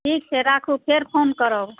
ठीक छै राखू फेर फोन करब